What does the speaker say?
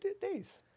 days